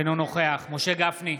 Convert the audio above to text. אינו נוכח משה גפני,